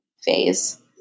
phase